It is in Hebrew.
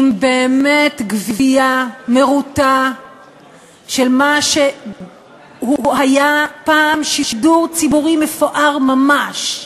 באמת עם גווייה מרוטה של מה שהיה פעם שידור ציבורי מפואר ממש.